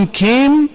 came